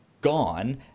gone